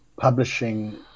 publishing